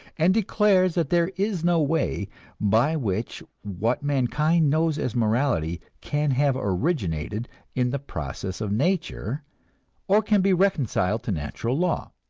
and declares that there is no way by which what mankind knows as morality can have originated in the process of nature or can be reconciled to natural law.